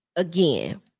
again